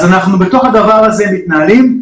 בתוך זה אנו מתנהלים.